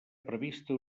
prevista